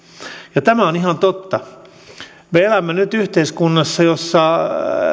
ja tämä on ihan totta me elämme nyt yhteiskunnassa jossa